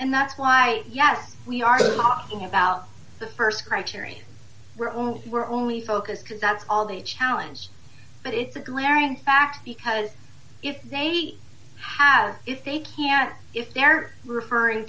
and that's why yes we are talking about the st criterion we're own we're only focused because that's all they challenge but it's a glaring fact because if they have if they can't if they're referring